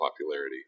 popularity